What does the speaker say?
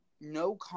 no